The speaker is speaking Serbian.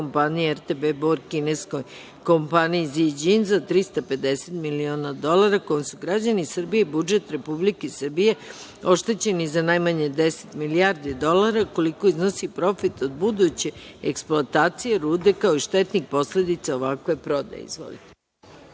kompanije RBB Bor, kineskoj kompaniji „Ziđin“ za 350 miliona dolara, kojom su građani Srbije i budžet Republike Srbije oštećeni za najmanje 10 milijardi dolara, koliko iznosi profit od buduće eksploatacije rude, kao i štetnih posledica ovakve